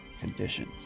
conditions